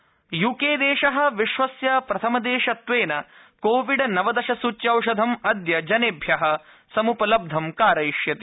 यूक बिक्सीन यूकेदेशः विश्वस्य प्रथम देशत्वेन कोविड् नवदशसूच्यौषधम् अद्य जनेभ्यः समुपलब्धं कारयिष्यति